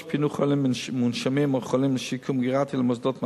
3. פינוי חולים מונשמים או חולים לשיקום גריאטרי למוסדות מתאימים,